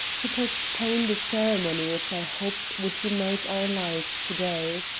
to postpone the ceremony which i hoped would unite our lives to-day.